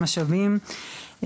משאבים,